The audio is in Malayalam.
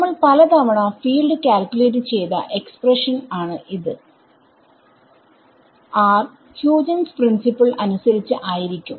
നമ്മൾ പലതവണ ഫീൽഡ് കാൽക്യൂലേറ്റ് ചെയ്ത എക്സ്പ്രഷൻ ആണ് ഇത് r ഹ്യൂജൻസ് പ്രിൻസിപ്പിൾ അനുസരിച്ചു ആയിരിക്കും